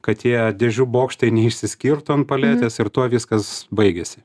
kad tie dėžių bokštai neišsiskirtų ant paletės ir tuo viskas baigėsi